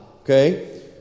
Okay